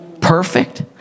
Perfect